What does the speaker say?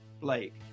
Blake